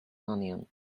onions